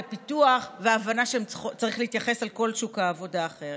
לפיתוח והבנה ולכך שצריך להתייחס אל כל שוק העבודה אחרת.